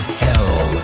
hell